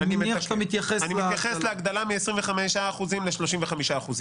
אני מתייחס להגדלה מ-25% ל-35%.